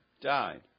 died